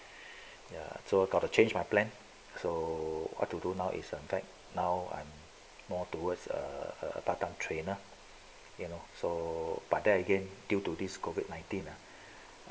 ya so got to change my plan so what to do now is in fact now I'm more towards err the part-time trainer you know so but then again due to this COVID nineteen ah